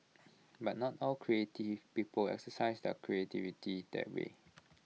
but not all creative people exercise their creativity that way